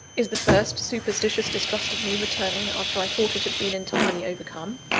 is the first superstitious distrust of me returning after i thought it had been entirely overcome?